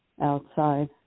outside